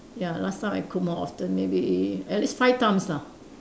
ya last time I cook more often maybe at least five times lah